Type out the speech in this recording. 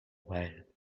while